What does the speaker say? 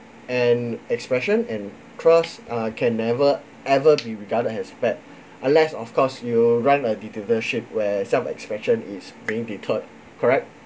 an expression and thus can never ever be regarded as bad unless of course you run a dictatorship where self-expression is being deployed correct